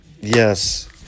Yes